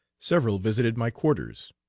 several visited my quarters.